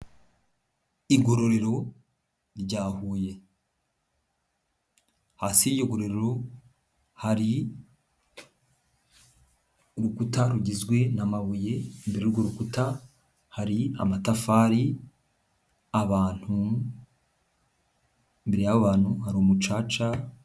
Iguriro rya Huye, hasi y'iryo guriro, hari urukuta rugizwe n'amabuye imbere y'urwo rukuta, hari amatafari, abantu, imbere y'abo bantu hari umucaca...